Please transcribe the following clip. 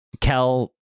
Kel